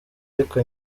ariko